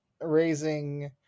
raising